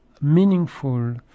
meaningful